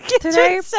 today